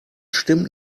stimmt